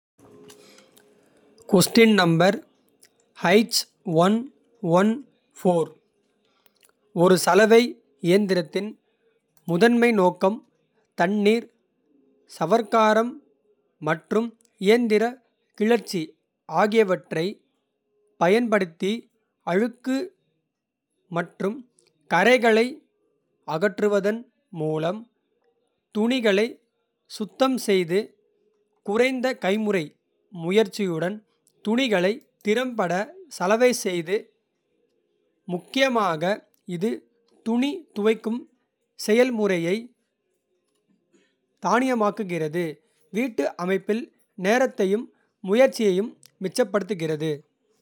ஒரு சலவை இயந்திரத்தின் முதன்மை நோக்கம் தண்ணீர். சவர்க்காரம் மற்றும் இயந்திர கிளர்ச்சி. ஆகியவற்றைப் பயன்படுத்தி அழுக்கு மற்றும். கறைகளை அகற்றுவதன் மூலம் துணிகளை சுத்தம் செய்வது. குறைந்த கைமுறை முயற்சியுடன் துணிகளை திறம்பட. சலவை செய்வது முக்கியமாக. இது துணி துவைக்கும் செயல்முறையை தானியக்கமாக்குகிறது. வீட்டு அமைப்பில் நேரத்தையும் முயற்சியையும் மிச்சப்படுத்துகிறது.